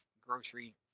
grocery